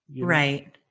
Right